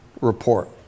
Report